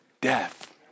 death